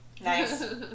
Nice